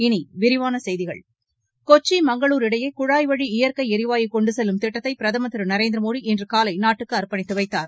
இனி விரிவான செய்திகள் கொச்சி மங்களூர் இடையே குழாய் வழி இபற்கை ளரிவாயு கொண்டு செல்லும் திட்டத்தை பிரதமள் திரு நரேந்திரமோடி இன்று காலை நாட்டுக்கு அர்ப்பணித்து வைத்தார்